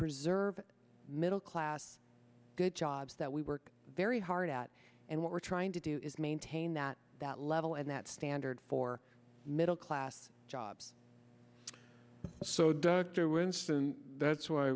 preserve middle class good jobs that we work very hard at and what we're trying to do is maintain that that level and that standard for middle class jobs so dr winston that's why